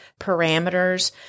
parameters